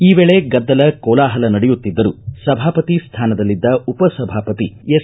ಈ ವೇಳೆ ಗದ್ದಲ ಕೋಲಾಹಲ ನಡೆಯುತ್ತಿದ್ದರೂ ಸಭಾಪತಿ ಸ್ಯಾನದಲ್ಲಿದ್ದ ಉಪಸಭಾಪತಿ ಎಸ್